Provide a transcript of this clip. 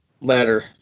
ladder